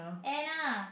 Anna